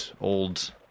old